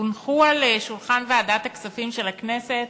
הונחו על שולחן ועדת הכספים של הכנסת